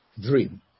dream